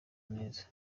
neza